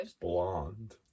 Blonde